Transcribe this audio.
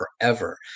forever